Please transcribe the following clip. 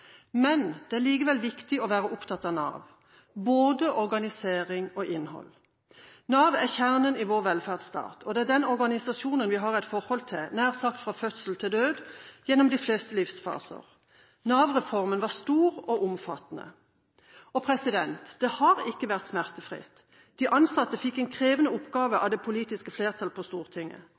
Men det er likevel viktig å være opptatt av Nav, både når det gjelder organisering og innhold. Nav er kjernen i vår velferdsstat. Det er den organisasjonen vi har et forhold til nær sagt fra fødsel til død, gjennom de fleste livsfaser. Nav-reformen var stor og omfattende. Det har ikke vært smertefritt. De ansatte fikk en krevende oppgave av det politiske flertall på Stortinget.